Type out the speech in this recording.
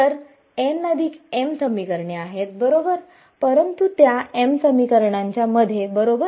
तर nm समीकरणे आहेत बरोबर परंतु त्या m समीकरणांच्या मध्ये बरोबर